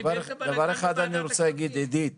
דבר אחד אני רוצה להגיד עידית